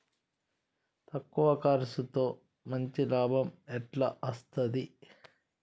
తక్కువ కర్సుతో మంచి లాభం ఎట్ల అస్తది?